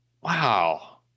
Wow